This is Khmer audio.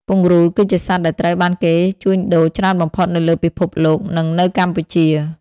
ពង្រូល គឺជាសត្វដែលត្រូវបានគេជួញដូរច្រើនបំផុតនៅលើពិភពលោក និងនៅកម្ពុជា។